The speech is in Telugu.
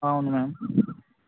అవును మ్యామ్